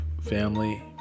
family